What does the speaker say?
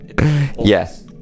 Yes